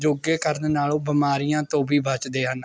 ਯੋਗੇ ਕਰ ਨਾਲ ਉਹ ਬਿਮਾਰੀਆਂ ਤੋਂ ਵੀ ਬਚਦੇ ਹਨ